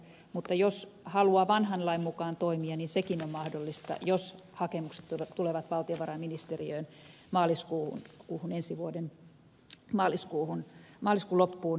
mutta jos haluaa vanhan lain mukaan toimia niin sekin on mahdollista jos hakemukset tulevat valtiovarainministeriöön ensi vuoden maaliskuun loppuun mennessä